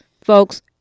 folks